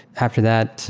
after that,